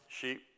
sheep